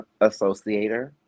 associator